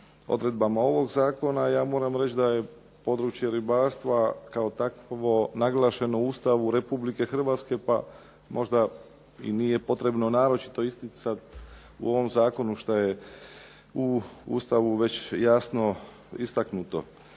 odredbama ovog zakona, ja moram reći da je područje ribarstva kao takvo naglašeno u Ustavu Republike Hrvatske pa možda i nije potrebno naročito isticati u ovom zakonu što je u Ustavu već jasno istaknuto.